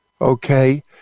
okay